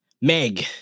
Meg